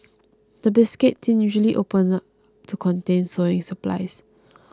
the biscuit tin usually opens up to contain sewing supplies